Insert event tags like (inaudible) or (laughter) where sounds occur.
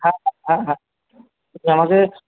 হ্যাঁ (unintelligible) হ্যাঁ আমাদের